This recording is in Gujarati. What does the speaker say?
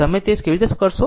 તમે તે કેવી રીતે કરશે